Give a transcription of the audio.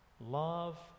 love